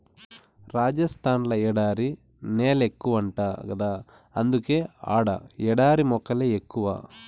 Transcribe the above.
రాజస్థాన్ ల ఎడారి నేలెక్కువంట గదా అందుకే ఆడ ఎడారి మొక్కలే ఎక్కువ